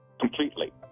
completely